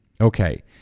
Okay